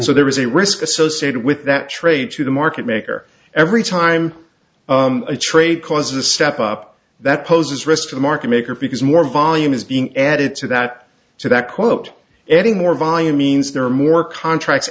so there is a risk associated with that trade to the market maker every time a trade cause a step up that poses risk to the market maker because more volume is being added to that to that quote adding more via means there are more contract